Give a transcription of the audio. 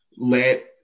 Let